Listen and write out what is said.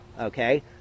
okay